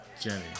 Jenny